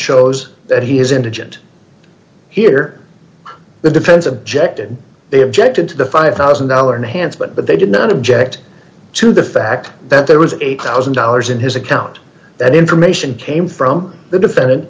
shows that he is indigent here the defense objected they objected to the five thousand dollars hands but but they did not object to the fact that there was eight thousand dollars in his account that information came from the defendant